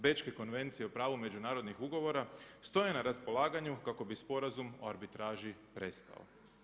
Bečke konvencije o pravu međunarodnih ugovora stoje na raspolaganju kako bi Sporazum o arbitraži prestao.